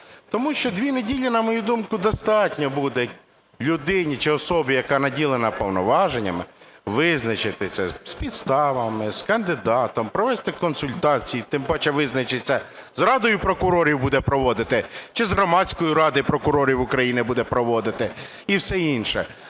Тому що дві неділі, на мою думку, достатньо буде людині чи особі, яка наділена повноваженнями, визначитися з підставами, з кандидатом, провести консультації, тим паче визначитися, з Радою прокурорів буде проводити чи з Громадською радою прокурорів України буде проводити, і все інше.